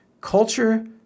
culture